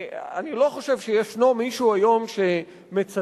אני לא חושב שישנו מישהו היום שמצדד